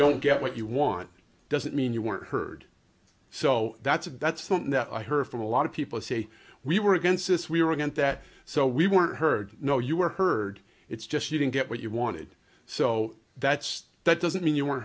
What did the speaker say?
don't get what you want doesn't mean you weren't heard so that's a that's something that i heard from a lot of people say we were against this we were against that so we want heard you know you were heard it's just you didn't get what you wanted so that's that doesn't mean you weren't